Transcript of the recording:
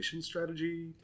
Strategy